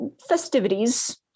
festivities